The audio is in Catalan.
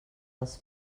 els